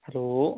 hello